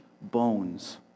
bones